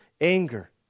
anger